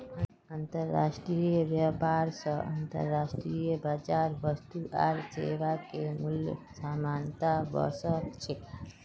अंतर्राष्ट्रीय व्यापार स अंतर्राष्ट्रीय बाजारत वस्तु आर सेवाके मूल्यत समानता व स छेक